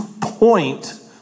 point